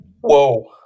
Whoa